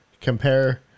compare